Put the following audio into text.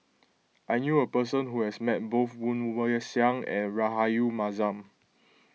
I knew a person who has met both Woon Wah Siang and Rahayu Mahzam